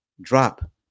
Drop